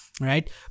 right